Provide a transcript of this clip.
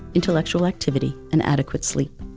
intellectual activity and adequate sleep.